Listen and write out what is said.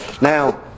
Now